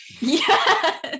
Yes